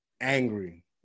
angry